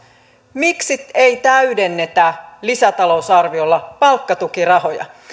miksi ei täydennetä lisätalousarviolla palkkatukirahoja